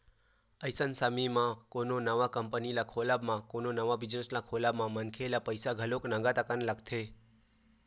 अइसन समे म कोनो नवा कंपनी के खोलब म नवा बिजनेस के खोलब म मनखे ल पइसा घलो नंगत कन लगथे